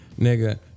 nigga